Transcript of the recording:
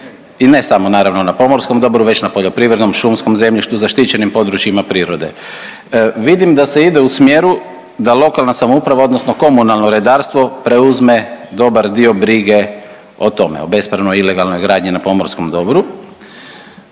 i ne samo naravno na pomorskom dobru već na poljoprivrednom, šumskom zemljištu zaštićenim područjima prirode. Vidim da se ide u smjeru da lokalna samouprava odnosno komunalno redarstvo preuzme dobar dio brige o tome, o bespravnoj ilegalnoj gradnji na pomorskom dobru.